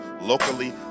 locally